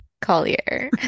Collier